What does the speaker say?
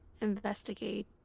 investigate